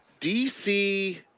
DC